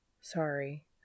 sorry